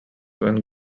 and